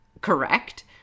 correct